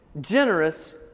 generous